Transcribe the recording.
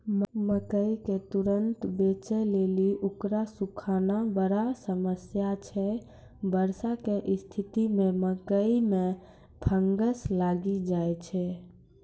मकई के तुरन्त बेचे लेली उकरा सुखाना बड़ा समस्या छैय वर्षा के स्तिथि मे मकई मे फंगस लागि जाय छैय?